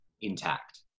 intact